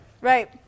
Right